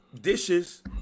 dishes